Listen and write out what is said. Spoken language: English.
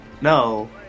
No